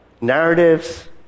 narratives